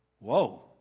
Whoa